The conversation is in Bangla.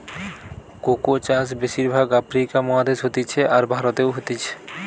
কোকো চাষ বেশির ভাগ আফ্রিকা মহাদেশে হতিছে, আর ভারতেও হতিছে